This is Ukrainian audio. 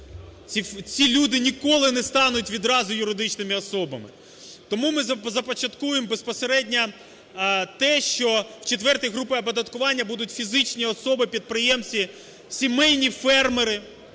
Ці люди ніколи не стануть відразу юридичними особами. Тому ми започаткуємо безпосередньо те, що в четвертій групі оподаткування будуть фізичні особи підприємці, сімейні фермери,